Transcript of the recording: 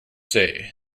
say